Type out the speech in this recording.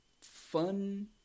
fun